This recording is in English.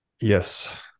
yes